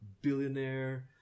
Billionaire